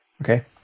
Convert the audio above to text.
okay